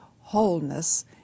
wholeness